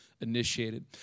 initiated